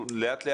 תודה רבה אדוני.